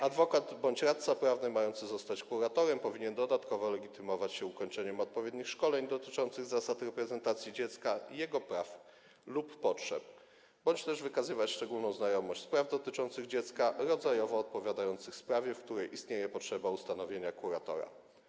Adwokat bądź radca prawny mający zostać kuratorem powinien dodatkowo legitymować się ukończeniem odpowiednich szkoleń dotyczących zasad reprezentacji dziecka, jego praw lub potrzeb bądź też wykazywać szczególną znajomość spraw dotyczących dziecka, rodzajowo odpowiadających sprawie, w której istnieje potrzeba ustanowienia kuratora.